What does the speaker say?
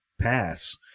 pass